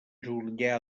julià